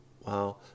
Wow